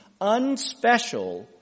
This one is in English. unspecial